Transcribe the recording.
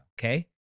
okay